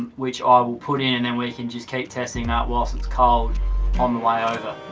which i will put in and we can just keep testing that whilst it's cold on the way over